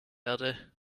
erde